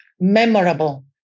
memorable